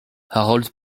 harold